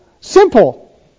simple